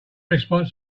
response